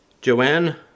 Joanne